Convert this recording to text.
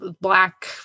black